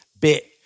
bit